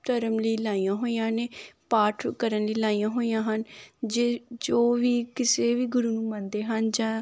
ਧਰਮ ਲਈ ਲਾਈਆਂ ਹੋਈਆਂ ਨੇ ਪਾਠ ਕਰਨ ਲਈ ਲਾਈਆਂ ਹੋਈਆਂ ਹਨ ਜੇ ਜੋ ਵੀ ਕਿਸੇ ਵੀ ਗੁਰੂ ਨੂੰ ਮੰਨਦੇ ਹਨ ਜਾਂ